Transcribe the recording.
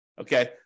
Okay